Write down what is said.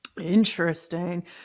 Interesting